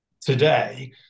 today